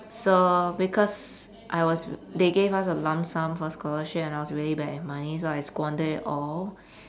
so because I was they gave us a lump sum for scholarship and I was really bad with money so I squandered it all